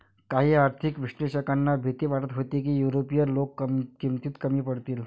काही आर्थिक विश्लेषकांना भीती वाटत होती की युरोपीय लोक किमतीत कमी पडतील